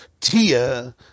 Tia